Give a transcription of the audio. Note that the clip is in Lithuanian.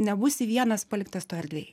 nebūsi vienas paliktas toj erdvėj